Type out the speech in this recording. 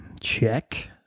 Check